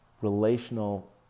relational